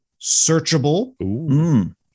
searchable